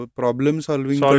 problem-solving